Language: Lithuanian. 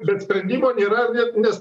bet sprendimo nėra nes